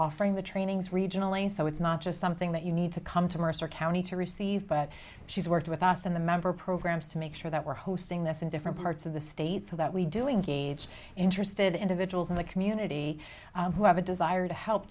offering the trainings regionally so it's not just something that you need to come to mercer county to receive but she's worked with us in the member programs to make sure that we're hosting this in different parts of the state so that we doing gauge interested individuals in the community who have a desire to help